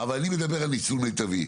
אבל אני מדבר על ניצול מיטבי.